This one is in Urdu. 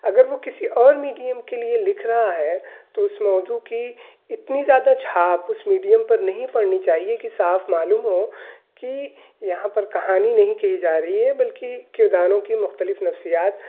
اگر وہ کسی اور میڈیم کے لیے لکھ رہا ہے تو اس موضوع کی اتنی زیادہ چھاپ اس میڈیم پر نہیں پڑنی چاہیے کہ صاف معلوم ہو کہ یہاں پر کہانی نہیں کہی جا رہی ہے بلکہ کرداروں کی مختلف نفسیات